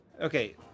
Okay